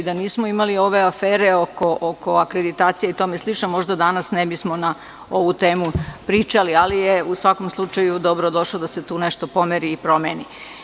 Da nismo imali ove afere oko akreditacije i tome slično, možda danas ne bismo na ovu temu pričali, ali je u svakom slučaju dobro došlo da se tu nešto pomeri i promeni.